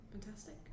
Fantastic